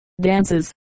dances